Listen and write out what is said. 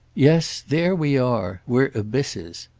yes there we are. we're abysses.